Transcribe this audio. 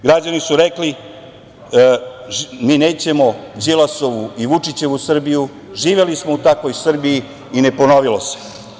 Građani su rekli – mi nećemo Đilasovu i Vučićevu Srbiju, živeli smo u takvoj Srbiji i ne ponovilo se.